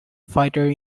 fighter